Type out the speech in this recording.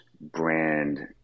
brand